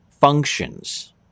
functions